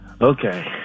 Okay